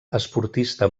esportista